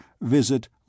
visit